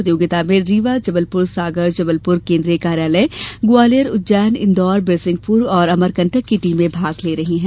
प्रतियोगिता में रीवा जबलपुर सागर जबलपुर केंद्रीय कार्यालय ग्वालियर उज्जैन इंदौर बिरसिहंपुर और अमरकंटक की टीमें भाग ले रही हैं